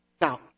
Now